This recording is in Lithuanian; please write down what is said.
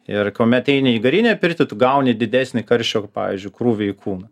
ir kuomet eini į garinę pirtį tu gauni didesnį karščio pavyzdžiui krūvį į kūną